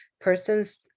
persons